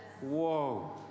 Whoa